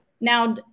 Now